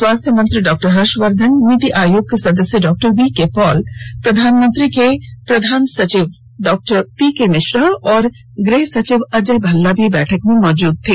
स्वास्थ्य मंत्री डॉक्टर हर्षवर्धन नीति आयोग के सदस्य डॉक्टर वी के पॉल प्रधानमंत्री के प्रधान सचिव डॉक्टर पी के मिश्रा और गृह सचिव अजय भल्ला भी बैठक में मौजूद थे